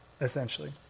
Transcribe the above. essentially